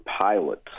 pilots